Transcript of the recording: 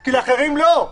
כי לאחרים לא.